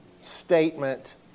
statement